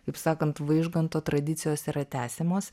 kaip sakant vaižganto tradicijos yra tęsiamos